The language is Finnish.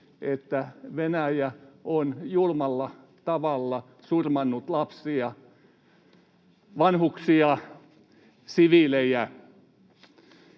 että Venäjä on julmalla tavalla surmannut lapsia, vanhuksia, siviilejä.